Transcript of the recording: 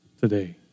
today